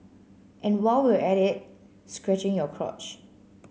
and while we're at it scratching your crotch